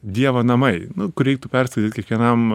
dievo namai nu kur reiktų perskiatyt kiekvienam